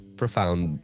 profound